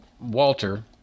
Walter